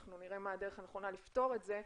ואנחנו נראה מה הדרך הנכונה לפתור את זה,